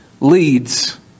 leads